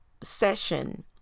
session